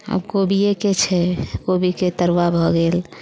आब कोबिएके छै कोबीके तरुआ भऽ गेल